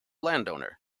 landowner